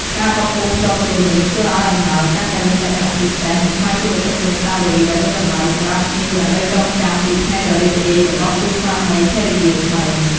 ការបោះពុម្ពផ្ទាល់ខ្លួននេះ ធ្វើឲ្យអំណោយកាន់តែមានលក្ខណៈពិសេស និងក្លាយជាវត្ថុអនុស្សាវរីយ៍ដ៏មានតម្លៃសម្រាប់ភ្ញៀវ ដើម្បីចងចាំពីថ្ងៃដ៏រីករាយរបស់គូស្វាមីភរិយាថ្មី។